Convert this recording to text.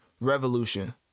revolution